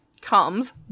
comes